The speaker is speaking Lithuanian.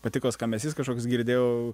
patiko skambesys kažkoks girdėjau